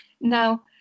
Now